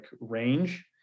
range